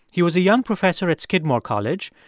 he was a young professor at skidmore college.